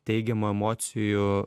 teigiamų emocijų